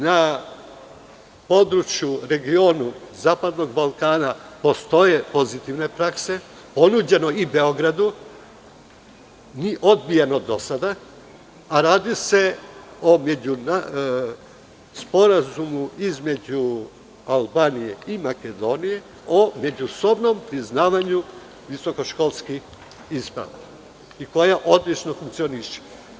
Na području, regionu zapadnog Balkana postoje pozitivne prakse, ponuđeno je i Beogradu i odbijeno do sada, a radi se o Sporazumu između Albanije i Makedonije o međusobnom priznavanju visokoškolskih isprava i koja odlično funkcioniše.